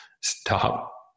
stop